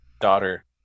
Daughter